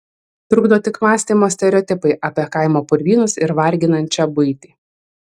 trukdo tik mąstymo stereotipai apie kaimo purvynus ir varginančią buitį